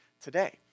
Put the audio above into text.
today